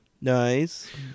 Nice